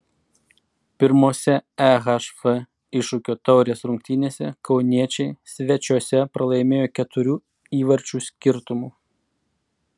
pirmose ehf iššūkio taurės rungtynėse kauniečiai svečiuose pralaimėjo keturių įvarčių skirtumu